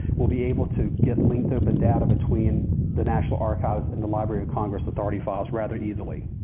we'll be able to get linked open data between the national archives and the library of congress authority files rather easily.